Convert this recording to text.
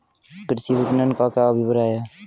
कृषि विपणन का क्या अभिप्राय है?